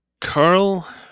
Carl